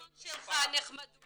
יש לך בעיה עם זה?